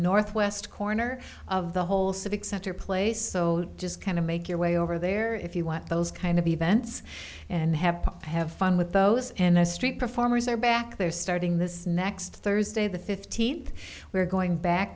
northwest corner of the whole civic center place so just kind of make your way over there if you want those kind of events and have have fun with those and the street performers are back there starting this next thursday the fifteenth we're going back